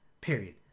Period